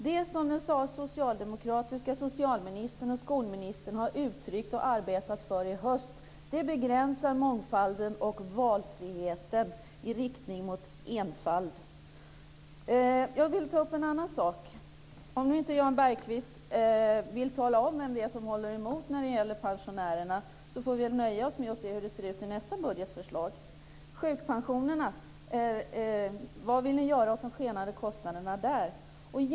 Det som den socialdemokratiska socialministern och skolministern har uttryckt och arbetat för i höst begränsar mångfalden och valfriheten i riktning mot enfald. Jag vill ta upp en annan sak. Om nu inte Jan Bergqvist vill tala om vem det är som håller emot när det gäller pensionärerna får vi väl nöja oss med att se hur det ser ut i nästa budgetförslag. Men vad vill ni göra åt de skenande kostnaderna för sjukpensionerna?